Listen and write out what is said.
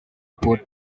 both